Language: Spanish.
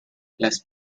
las